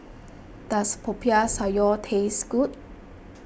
does Popiah Sayur taste good